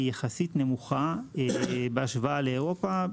יחסית נמוכה בהשוואה לאירופה,